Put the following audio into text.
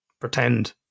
pretend